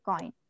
Coin